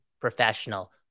professional